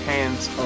Hands